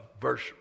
verse